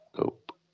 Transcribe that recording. Nope